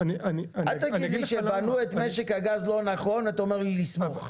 אל תגיד לי כשבנו את משק הגז לא נכון ואתה אומר לי לסמוך.